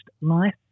life